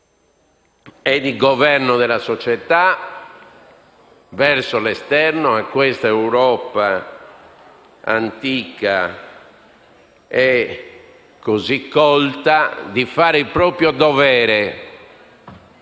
di governo della società, e a questa Europa antica e così colta, di fare il proprio dovere